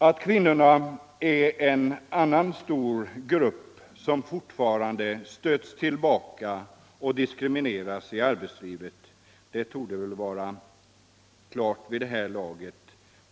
Att kvinnorna är en annan stor grupp som fortfarande stöts tillbaka och diskrimineras i arbetslivet torde stå klart för alla vid det här laget.